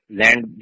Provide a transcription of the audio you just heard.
land